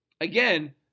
Again